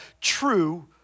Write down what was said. true